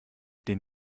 den